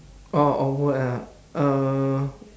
oh awkward ah uh